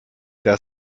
der